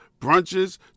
brunches